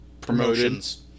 promotions